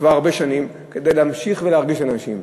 כבר הרבה שנים, כדי להמשיך ולהרגיש אנשים.